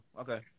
Okay